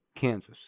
Kansas